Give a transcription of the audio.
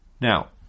Now